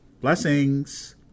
Blessings